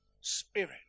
spirit